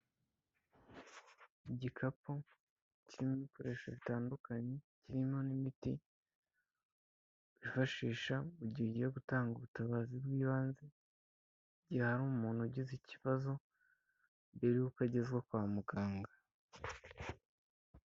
Igikapu kirimo ibikoresho bitandukanye, kirimo n'imiti bifashisha mu gihe igiye gutanga ubutabazi bw'ibanze, igihe hari umuntu ugize ikibazo mbere yuko agezwa kwa muganga.